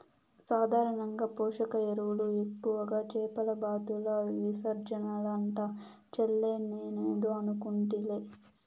సాధారణంగా పోషక ఎరువులు ఎక్కువగా చేపల బాతుల విసర్జనలంట చెల్లే నేనేదో అనుకుంటిలే